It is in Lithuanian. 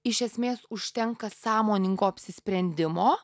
iš esmės užtenka sąmoningo apsisprendimo